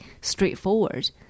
straightforward